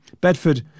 Bedford